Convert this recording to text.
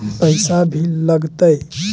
पैसा भी लगतय?